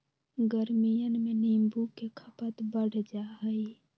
गर्मियन में नींबू के खपत बढ़ जाहई